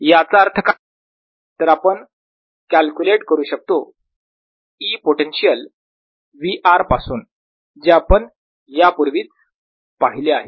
याचा अर्थ काय तर आपण कॅल्क्युलेट करू शकतो E पोटेन्शियल V r पासून जे आपण यापूर्वीच पाहिले आहे